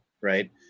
right